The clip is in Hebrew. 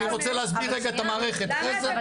אני רוצה להסביר רגע את המערכת אחרי זה -- אבל